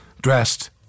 dressed